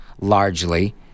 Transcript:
largely